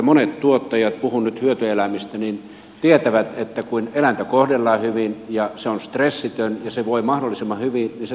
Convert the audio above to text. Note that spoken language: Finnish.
monet tuottajat puhun nyt hyötyeläimistä tietävät että kun eläintä kohdellaan hyvin ja se on stressitön ja se voi mahdollisimman hyvin niin se tuottaa parhaiten